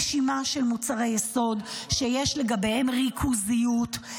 רשימה של מוצרי יסוד שיש לגביהם ריכוזיות,